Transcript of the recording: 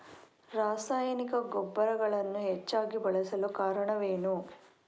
ರಾಸಾಯನಿಕ ಗೊಬ್ಬರಗಳನ್ನು ಹೆಚ್ಚಾಗಿ ಬಳಸಲು ಕಾರಣವೇನು?